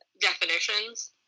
definitions